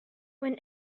when